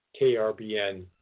KRBN